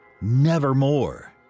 nevermore